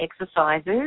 exercises